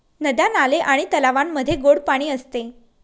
नद्या, नाले आणि तलावांमध्ये गोड पाणी असते